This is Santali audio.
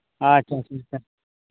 ᱟᱪᱪᱷᱟ ᱟᱪᱪᱷᱟ ᱟᱪᱪᱷᱟ